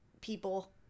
people